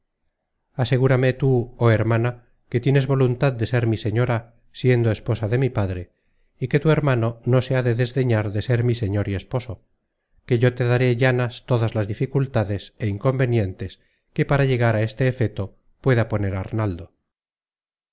asegúrame tú oh hermana que tienes voluntad de ser mi señora siendo esposa de mi padre y que tu hermano no se ha de desdeñar de ser mi señor y esposo que yo te daré llanas todas las dificultades é inconvenientes que para llegar a este efeto pueda poner arnaldo